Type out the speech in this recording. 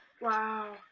Wow